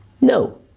No